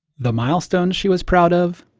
the milestones she was proud of,